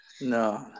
No